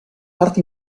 part